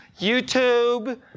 YouTube